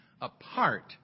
apart